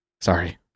Sorry